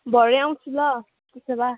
भरे आउँछु ल त्यसो भए